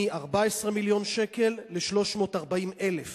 מ-14 מיליון שקל ל-340,000 שקל,